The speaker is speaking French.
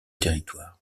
territoire